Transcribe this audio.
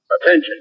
Attention